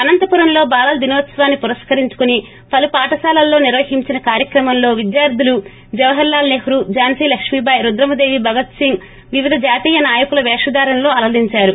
అనంతపురంలో బాలల దినోత్పవాన్ని పురస్కరించుకుని పలు పాఠశాలలో నిర్వహించిన కార్యక్రమంలో విద్యార్దులు జవహర్ లాల్ సెహ్రూ ఝాన్సీ లక్ష్మీబాయి రుద్రమదేవి భగత్ సింగ్ వివిధ జాతీయ నాయకుల పేషధారణలో చూపరులందరినీ అలరిందారు